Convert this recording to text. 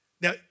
Now